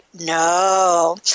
No